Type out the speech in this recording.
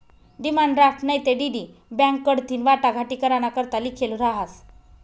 demand draft नैते DD bank कडथीन वाटाघाटी कराना करता लिखेल रहास